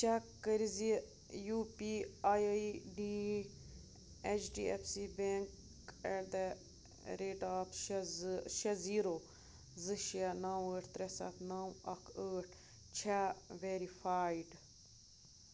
check کٔر زِ U P I I D H D F C bank at the rate of شےٚ زٕ شےٚ زیٖرو زٕ شےٚ نو ٲٹھ ترٛےٚ ستھ نو اکھ ٲٹھ چھا وٮ۪رِفایِڈ